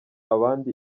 abandi